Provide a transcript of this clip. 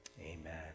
Amen